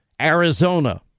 Arizona